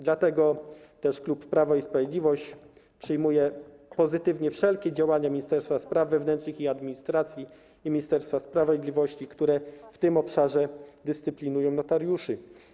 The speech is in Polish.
Dlatego też klub Prawo i Sprawiedliwość przyjmuje pozytywnie wszelkie działania Ministerstwa Spraw Wewnętrznych i Administracji i Ministerstwa Sprawiedliwości, które w tym obszarze dyscyplinują notariuszy.